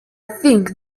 think